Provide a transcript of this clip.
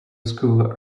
school